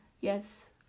Yes